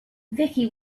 vicky